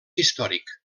històric